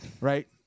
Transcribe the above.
Right